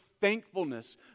thankfulness